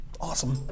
Awesome